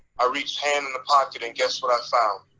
i reached hand in the pocket and guess what i found,